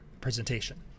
presentation